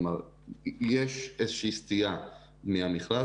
כלומר יש איזו שהיא סטייה מהמכרז,